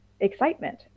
Excitement